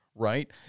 Right